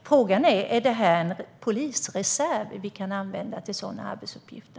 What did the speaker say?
Frågan är om man kan använda en polisreserv till sådana arbetsuppgifter.